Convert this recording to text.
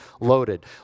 loaded